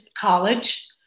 college